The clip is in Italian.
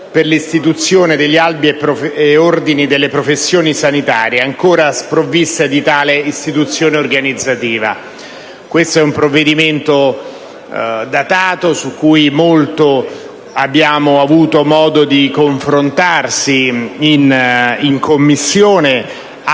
per l'istituzione degli ordini e albi delle professioni sanitarie ancora sprovviste di tale istituzione organizzativa. Questo è un provvedimento datato, su cui abbiamo avuto modo di confrontarci molto in Commissione,